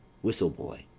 whistle boy.